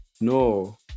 no